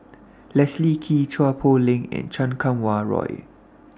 Leslie Kee Chua Poh Leng and Chan Kum Wah Roy